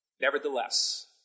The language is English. Nevertheless